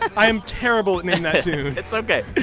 i am terrible at name that tune it's ok.